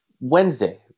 Wednesday